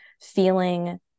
feeling